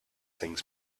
things